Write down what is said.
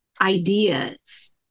ideas